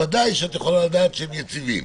ודאי שאת יכולה לדעת שהם יציבים.